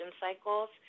cycles